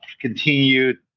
continued